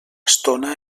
estona